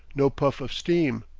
no puff of steam,